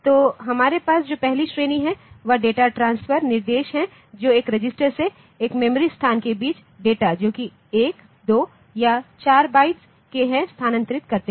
तो हमारे पास जो पहली श्रेणी है वह डाटा ट्रांसफर निर्देश है जो एक रजिस्टर से एक मेमोरी स्थान के बीच डेटा जोकि 1 2 या 4 बाइट्स के हैं स्थानांतरित करते हैं